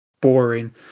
boring